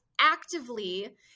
actively